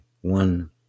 one